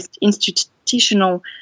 institutional